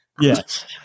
yes